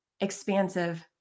expansive